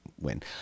win